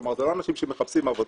כלומר זה לא אנשים שמחפשים עבודה,